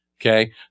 Okay